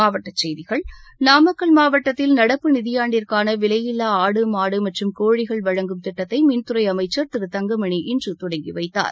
மாவட்ட செய்திகள் நாமக்கல் மாவட்டத்தில் நடப்பு நிதியாண்டிற்கான விலையில்லா ஆடு மாடு மற்றும் கோழிகள் வழங்கும் திட்டத்தை மின்துறை அமைச்சர் திரு தங்கமணி இன்று தொடங்கி வைத்தார்